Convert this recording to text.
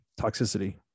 toxicity